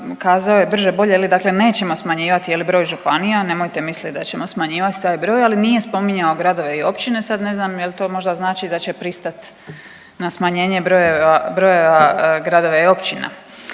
kazao je brže bolje ili dakle nećemo smanjivati broj županija. Nemojte misliti da ćemo smanjivati taj broj, ali nije spominjao gradove i općine. Sad ne znam jel' to možda znači da će pristati na smanjenje broja gradova i općina.